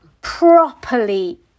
properly